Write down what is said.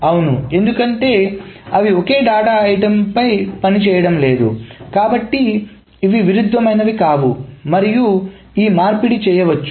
అవును ఎందుకంటే అవి ఒకే డేటా అంశంపై పనిచేయడం లేదు కాబట్టి ఇవి విరుద్ధమైనవి కావు మరియు ఈ మార్పిడి చేయవచ్చు